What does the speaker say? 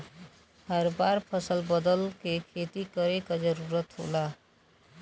हर बार फसल बदल के खेती करे क जरुरत होला